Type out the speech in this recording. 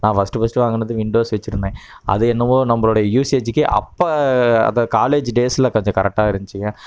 நான் first first வாங்கினது Windows வெச்சுருந்தேன் அது என்னவோ நம்மளுடைய யூஸ்சேஜிக்கு அப்போ அதை காலேஜி டேஸ்சில் கொஞ்சம் கரெட்டாக இருந்துச்சிங்க